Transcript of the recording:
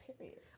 Period